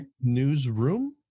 Newsroom